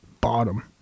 Bottom